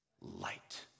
Light